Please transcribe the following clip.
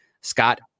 Scott